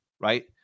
right